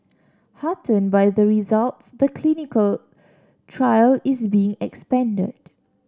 heartened by the results the clinical trial is being expanded